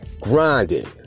grinding